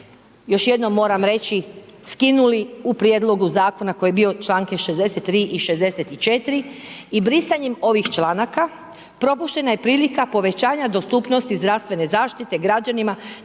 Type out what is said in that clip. još jednom moram reći, skinuli u Prijedlogu zakona koji je bio članke 63. i 64. i brisanjem ovih članaka propuštena je prilika povećanja dostupnosti zdravstvene zaštite građanima